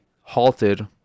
halted